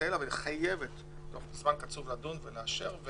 לבטל אבל היא חייבת תוך זמן קצוב לדון ולאשר.